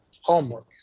homework